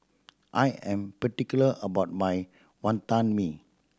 I am particular about my Wantan Mee